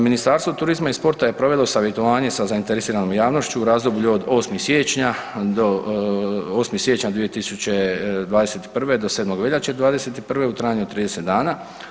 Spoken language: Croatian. Ministarstvo turizma i sporta je provelo savjetovanje sa zainteresiranom javnošću u razdoblju od 8. siječnja do, 8. siječnja 2021. do 7. veljače '21. u trajanju od 30 dana.